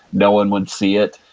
no one would see it,